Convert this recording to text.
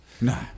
No